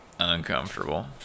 Uncomfortable